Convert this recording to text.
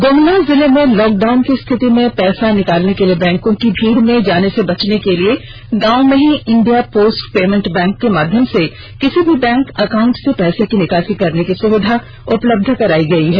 गमला जिले में लॉकडाउन की रिथति में पैसा निकालने के लिए बैंकों की भीड में जाने से बचने के लिए गांव में ही इंडिया पोस्ट पेमेंट बैंक के माध्यम से किसी भी बैंक एकाउंट से पैसे की निकासी करने की सुविधा उपलब्ध करायी गयी है